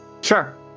Sure